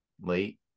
late